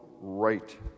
right